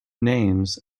names